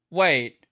wait